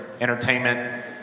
entertainment